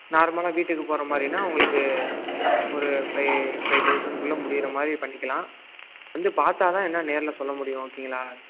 நார்மலாக வீட்டுக்கு போகிற மாதிரின்னா உங்களுக்கு ஒரு ஃபைவ் ஃபைவ் தௌசணுக்குள்ளே முடிகிற மாதிரி பண்ணிக்கலாம் வந்து பார்த்தா தான் என்ன நேரில் சொல்ல முடியும் ஓகேங்களா